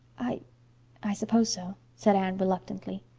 i i suppose so, said anne reluctantly.